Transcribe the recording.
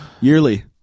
Yearly